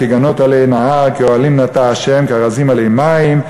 כְּגַנֹּת עלי נהר כאהלים נטע ה' כארזים עלי מים,